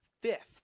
fifth